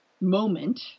moment